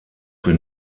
für